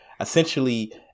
essentially